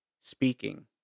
speaking